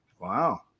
Wow